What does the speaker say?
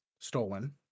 stolen